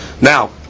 Now